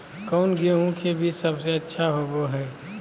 कौन गेंहू के बीज सबेसे अच्छा होबो हाय?